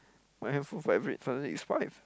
my handphone vibrate suddenly it's five